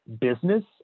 business